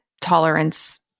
tolerance